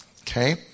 Okay